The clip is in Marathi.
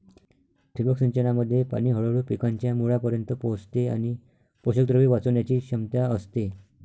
ठिबक सिंचनामध्ये पाणी हळूहळू पिकांच्या मुळांपर्यंत पोहोचते आणि पोषकद्रव्ये वाचवण्याची क्षमता असते